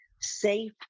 safe